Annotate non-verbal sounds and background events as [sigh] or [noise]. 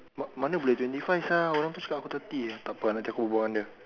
ma ne bullet [unintelligible] twenty five sia [unintelligible]